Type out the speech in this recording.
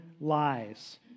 lies